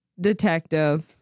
detective